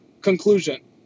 Conclusion